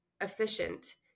efficient